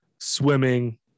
swimming